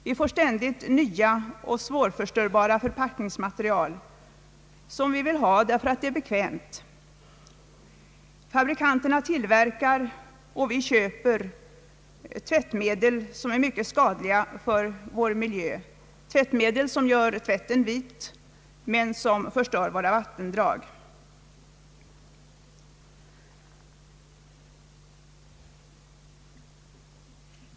Vi får ständigt nya och svårförstörbara förpackningsmaterial, som vi vill ha därför att det är bekvämt. Fabrikanterna tillverkar och vi köper tvättmedel som är mycket skadliga för vår miljö, medel som gör tvätten vit, men som förstör våra vattendrag.